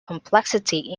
complexity